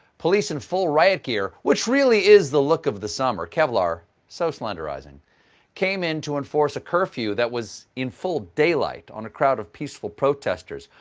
police in full riot gear which really is the look of the summer, kevlar is so slenderizing came in to enforce a curfew that was in full daylight on a crowd of peaceful protesters.